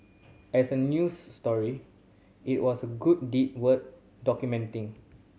as a news story it was a good deed worth documenting